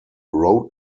road